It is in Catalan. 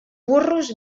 burros